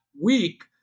week